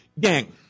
Gang